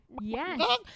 Yes